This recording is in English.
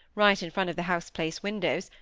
right in front of the house-place windows,